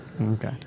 Okay